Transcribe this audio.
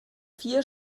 vier